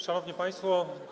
Szanowni Państwo!